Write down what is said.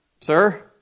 Sir